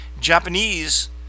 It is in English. Japanese